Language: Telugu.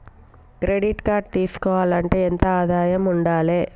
క్రెడిట్ కార్డు తీసుకోవాలంటే ఎంత ఆదాయం ఉండాలే?